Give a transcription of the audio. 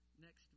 next